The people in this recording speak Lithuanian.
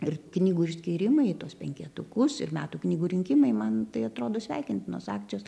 ir knygų išskyrimą į tuos penketukus ir metų knygų rinkimai man tai atrodo sveikintinos akcijos